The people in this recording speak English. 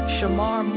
Shamar